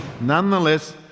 Nonetheless